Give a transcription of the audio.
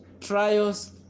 trials